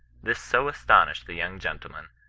this so astonished the youn gen tleman,